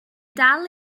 dal